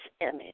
image